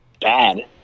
bad